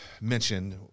mentioned